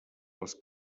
les